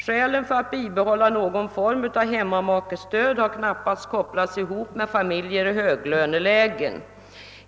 Skälen för att bibehålla någon form av hemmamakestöd har knappast kopplats samman med familjer i höglönelägen.